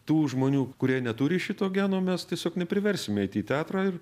tų žmonių kurie neturi šito geno mes tiesiog nepriversim eiti į teatrą ir